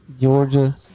Georgia